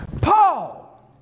Paul